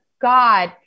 God